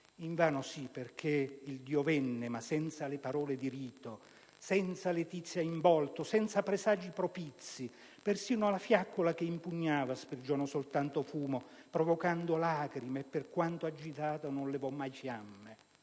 Invano, sì, perché il dio venne, ma senza le parole di rito, senza letizia in volto, senza presagi propizi. Persino la fiaccola che impugnava sprigionò soltanto fumo, provocando lacrime e, per quanto agitata, non levò mai fiamme.